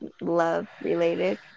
love-related